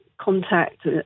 contact